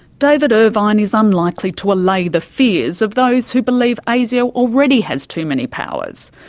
david irvine is unlikely to allay the fears of those who believe asio already has too many powers,